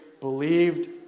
believed